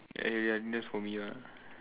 ya ya ya that's for me ah